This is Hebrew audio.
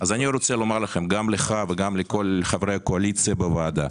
אני רוצה לומר לך ולכל חברי הקואליציה בוועדה